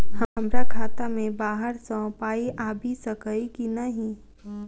हमरा खाता मे बाहर सऽ पाई आबि सकइय की नहि?